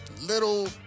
little